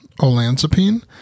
Olanzapine